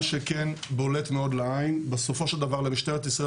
מה שכן בולט מאוד לעין זה שבסופו של דבר למשטרת ישראל